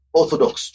orthodox